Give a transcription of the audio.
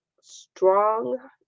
strong